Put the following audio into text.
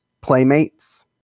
Playmates